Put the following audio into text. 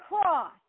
cross